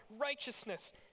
righteousness